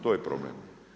To je problem.